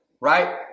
right